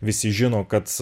visi žino kad